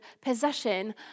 possession